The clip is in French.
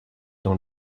dans